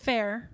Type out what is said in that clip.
fair